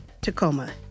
Tacoma